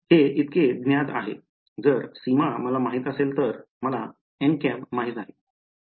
हे इतके ज्ञात आहे जर सीमा मला माहित असेल तर मला माहित आहे